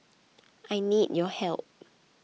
I need your help